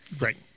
Right